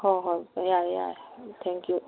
ꯍꯣ ꯍꯣꯏ ꯌꯥꯔꯦ ꯌꯥꯔꯦ ꯎꯝ ꯊꯦꯡꯛ ꯌꯨ